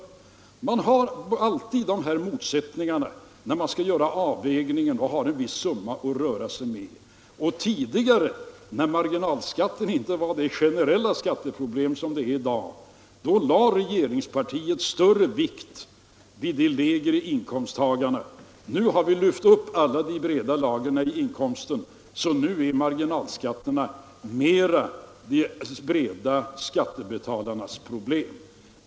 Man har alltid de här motsättningarna, när man skall göra avvägningen och har en viss summa att röra sig med. Och tidigare när marginalskatten inte var det generella skatteproblem som den är i dag, lade regeringspartiet större vikt vid de lägre inkomsttagarna. Nu har vi lyft upp de breda lagrens inkomster, så nu är marginalskatterna mera de breda skattebetalarnas problem.